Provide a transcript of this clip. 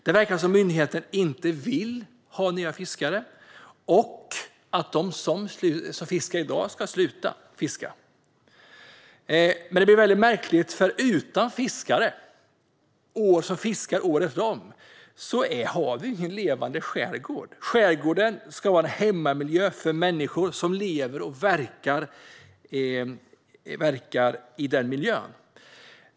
Det verkar som att myndigheten inte vill ha några nya fiskare och att man vill att de som fiskar i dag ska sluta fiska. Det blir väldigt märkligt, för utan fiskare som fiskar året om har vi ingen levande skärgård. Skärgården ska vara en hemmiljö för människor som lever och verkar i denna miljö.